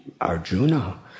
Arjuna